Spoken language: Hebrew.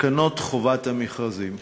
תקנות חובת המכרזים.